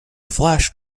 flash